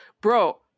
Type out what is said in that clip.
bro